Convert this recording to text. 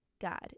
God